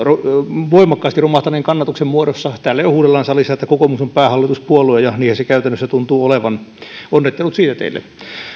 voimakkaasti romahtaneen kannatuksen muodossa täällä jo huudellaan salissa että kokoomus on päähallituspuolue ja niinhän se käytännössä tuntuu olevan onnittelut siitä teille